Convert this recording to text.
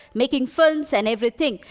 making films and everything.